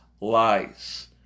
lies